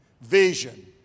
vision